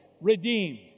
redeemed